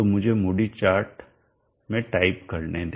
तो मुझे Moody chart में टाइप करने दे